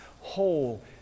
whole